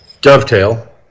dovetail